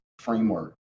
framework